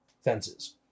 fences